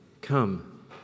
Come